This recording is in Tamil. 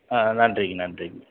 ஆ நன்றிங்க நன்றிங்க